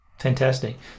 fantastic